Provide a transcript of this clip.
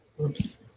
Oops